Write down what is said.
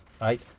right